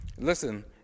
Listen